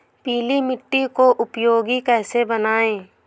पीली मिट्टी को उपयोगी कैसे बनाएँ?